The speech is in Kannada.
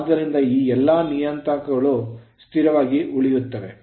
ಆದ್ದರಿಂದ ಈ ಎಲ್ಲಾ ನಿಯತಾಂಕಗಳು ಸ್ಥಿರವಾಗಿ ಉಳಿಯುತ್ತವೆ